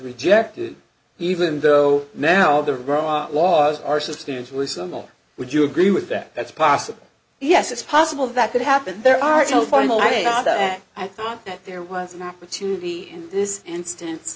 rejected even though now the rot laws are substantially some law would you agree with that that's possible yes it's possible that could happen there are tell finally on that i thought that there was an opportunity in this and stance